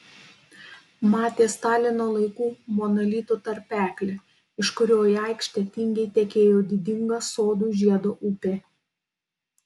matė stalino laikų monolitų tarpeklį iš kurio į aikštę tingiai tekėjo didinga sodų žiedo upė